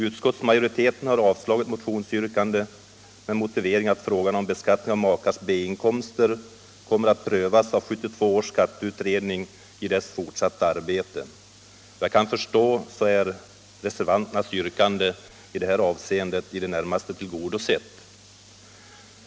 Utskottsmajoriteten har avstyrkt motionsyrkandet med motivering att frågan om beskattning av makars B-inkomster kommer att prövas av 1972 års skatteutredning i dess fortsatta arbete. Såvitt jag kan förstå är reservanternas yrkande i detta avseende i det närmaste tillgodosett.